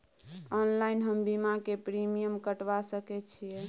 Online हम बीमा के प्रीमियम कटवा सके छिए?